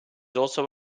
also